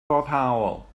foddhaol